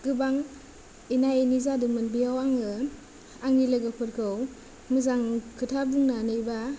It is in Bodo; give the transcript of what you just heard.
गोबां एना एनि जादोंमोन बेयाव आङो आंनि लोगोफोरखौ मोजां खोथा बुंनानै एबा